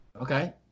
Okay